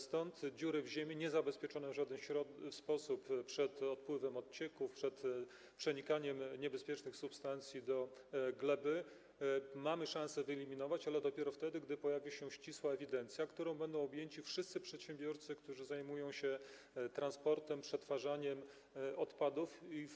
Stąd dziury w ziemi niezabezpieczone w żaden sposób przed odpływem odcieków, przed przenikaniem niebezpiecznych substancji do gleby mamy szansę wyeliminować, ale dopiero wtedy, gdy pojawi się ścisła ewidencja, którą będą objęci wszyscy przedsiębiorcy, którzy zajmują się transportem, przetwarzaniem odpadów.